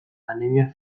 anemia